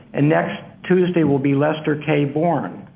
and next tuesday will be lester k. born.